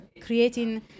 creating